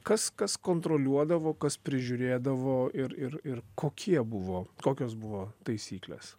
kas kas kontroliuodavo kas prižiūrėdavo ir ir ir kokie buvo kokios buvo taisyklės